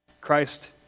Christ